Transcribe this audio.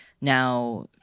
now –